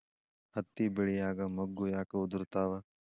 ಹತ್ತಿ ಬೆಳಿಯಾಗ ಮೊಗ್ಗು ಯಾಕ್ ಉದುರುತಾವ್?